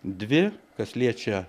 dvi kas liečia